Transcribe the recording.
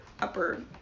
upper